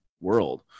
world